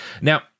Now